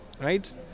right